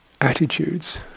attitudes